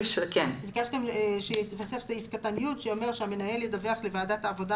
ביקשת שיתווסף סעיף קטן (י) שאומר שהמנהל ידווח לוועדת העבודה,